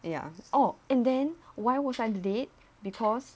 yeah oh and then why was I late because